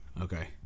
Okay